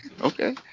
okay